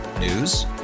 News